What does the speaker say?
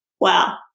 Wow